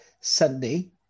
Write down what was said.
Sunday